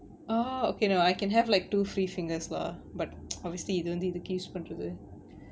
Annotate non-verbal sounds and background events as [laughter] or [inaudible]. oh okay no I can have like two free fingers lah but [noise] obviously இது வந்து இதுக்கு:ithu vanthu ithukku use பண்றது:panrathu